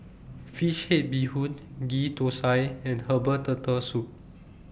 Fish Head Bee Hoon Ghee Thosai and Herbal Turtle Soup